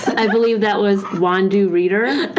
i believe that was wandoo reader.